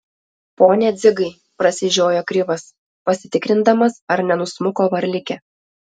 pone dzigai prasižiojo krivas pasitikrindamas ar nenusmuko varlikė